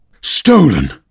Stolen